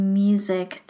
music